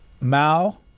Mao